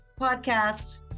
podcast